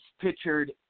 pictured